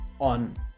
on